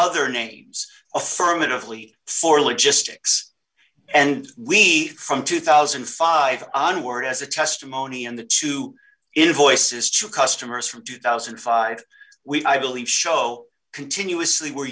other names affirmatively for logistics and we from two thousand and five onwards as a testimony in the two invoices to customers from two thousand and five we i believe show continuously were